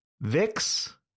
Vix